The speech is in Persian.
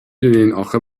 دونین، اخه